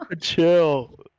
Chill